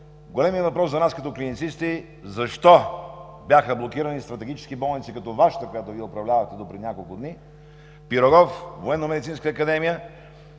Големият въпрос за нас като клиницисти е: защо бяха блокирани стратегически болници като Вашата, която Вие управлявахте допреди няколко дни, „Пирогов“,